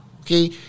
Okay